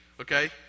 Okay